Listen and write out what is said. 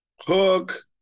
hook